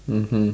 mmhmm